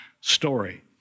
story